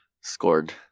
scored